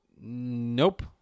Nope